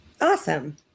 awesome